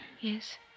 Yes